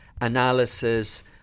analysis